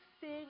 sing